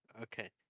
Okay